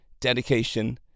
dedication